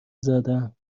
زدم